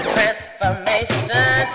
Transformation